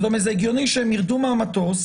זה הגיוני שהן ירדו מהמטוס,